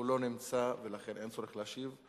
הוא לא נמצא ולכן אין צורך להשיב.